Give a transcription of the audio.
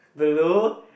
blue